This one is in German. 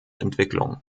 entwicklung